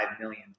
million